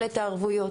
הפליטים.